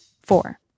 Four